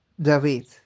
David